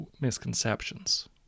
misconceptions